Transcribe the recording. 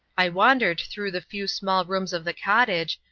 i wandered through the few small rooms of the cottage,